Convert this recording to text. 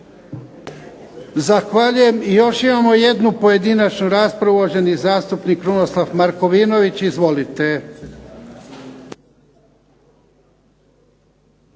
Zahvaljujem. I još imamo jednu pojedinačnu raspravu. Uvaženi zastupnik Krunoslav Markovinović, izvolite.